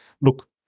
look